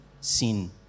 sin